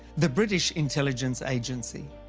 the british intelligence agency.